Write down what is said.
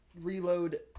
Reload